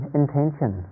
intention